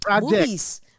movies